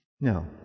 No